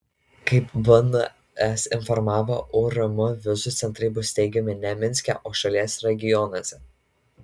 kaip bns informavo urm vizų centrai būtų steigiami ne minske o šalies regionuose